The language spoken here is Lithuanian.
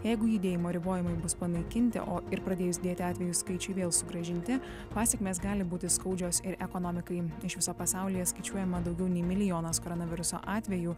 jeigu judėjimo ribojimai bus panaikinti o ir pradėjus didėti atvejų skaičiui vėl sugrąžinti pasekmės gali būti skaudžios ir ekonomikai iš viso pasaulyje skaičiuojama daugiau nei milijonas koronaviruso atvejų